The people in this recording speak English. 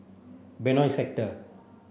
Benoi Sector